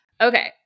Okay